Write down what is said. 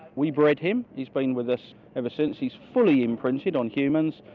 we bred him, he's been with us ever since, he's fully imprinted on humans,